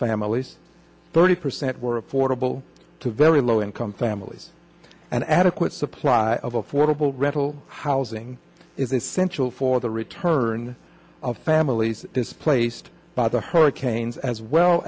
families thirty percent were affordable to very low income families an adequate supply of affordable rental housing is essential for the return of families displaced by the hurricanes as well